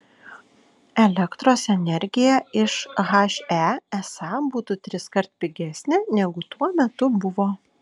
elektros energija iš he esą būtų triskart pigesnė negu tuo metu buvo